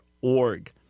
org